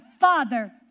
Father